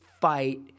fight